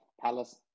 Palace